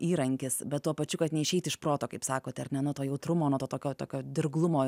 įrankis bet tuo pačiu kad neišeiti iš proto kaip sakote ar ne nuo to jautrumo nuo to tokio tokio dirglumo